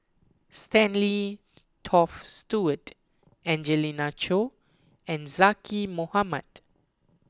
Stanley Toft Stewart Angelina Choy and Zaqy Mohamad